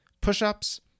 push-ups